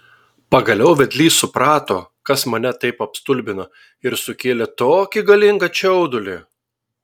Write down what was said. pagaliau vedlys suprato kas mane taip apstulbino ir sukėlė tokį galingą čiaudulį